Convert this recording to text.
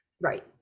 Right